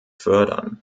fördern